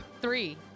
Three